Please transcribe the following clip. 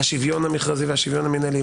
השוויון המכרזי והשוויון המינהלי,